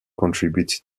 contributed